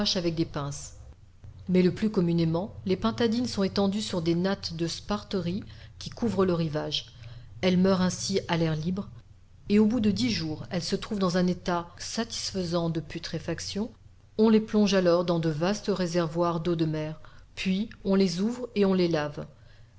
avec des pinces mais le plus communément les pintadines sont étendues sur des nattes de sparterie qui couvrent le rivage elles meurent ainsi à l'air libre et au bout de dix jours elles se trouvent dans un état satisfaisant de putréfaction on les plonge alors dans de vastes réservoirs d'eau de mer puis on les ouvre et on les lave